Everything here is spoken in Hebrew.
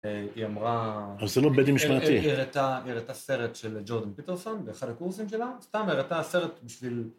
‫היא אמרה... ‫-אבל זה לא בדי משמעתי. ‫היא הראתה סרט של ג'ורדון פיטרסון ‫באחד הקורסים שלה, ‫סתם הראתה סרט בשביל...